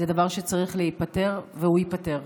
זה דבר שצריך להיפתר, והוא ייפתר.